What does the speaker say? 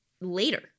later